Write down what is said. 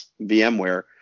VMware